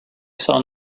saw